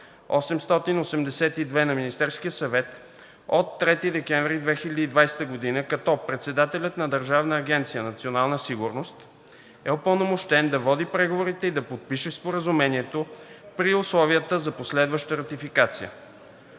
882 на Министерския съвет от 3 декември 2020 г., като председателят на Държавна агенция „Национална сигурност“ е упълномощен да води преговорите и да подпише Споразумението при условията за последваща ратификация.